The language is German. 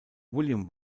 william